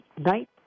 night